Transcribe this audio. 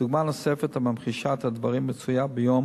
דוגמה נוספת הממחישה את הדברים מצויה ביום